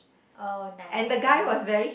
oh nice